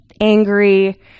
angry